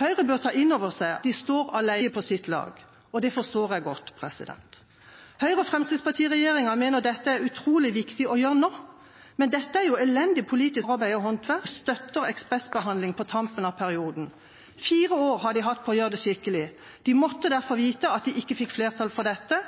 Høyre bør ta inn over seg at de står alene, med kun Fremskrittspartiet på sitt lag, og det forstår jeg godt. Høyre–Fremskrittsparti-regjeringa mener dette er utrolig viktig å gjøre nå, men dette er elendig politisk forarbeid og håndverk. Ingen andre partier i Stortinget støtter ekspressbehandling på tampen av perioden. Fire år har de hatt på å gjøre det skikkelig. De måtte derfor vite at de ikke fikk flertall for dette,